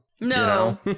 No